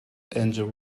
engine